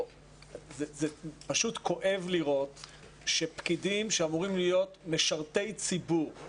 פשוט כואב לראות שפקידים שאמורים להיות משרתי ציבור,